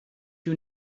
you